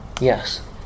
Yes